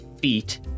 feet